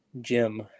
Jim